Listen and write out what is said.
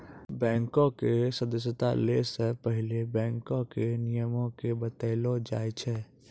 बैंको के सदस्यता लै से पहिले बैंको के नियमो के बतैलो जाय छै